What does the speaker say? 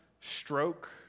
stroke